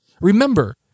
Remember